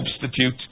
substitute